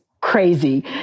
crazy